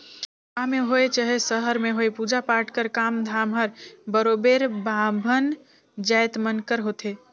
गाँव में होए चहे सहर में होए पूजा पाठ कर काम धाम हर बरोबेर बाभन जाएत मन कर होथे